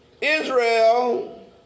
Israel